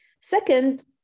Second